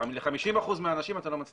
בעיריית באר שבע, השימוש בסמ"סים לא נעשה רק